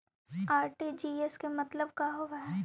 RTGS के मतलब का होव हई?